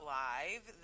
live